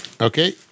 Okay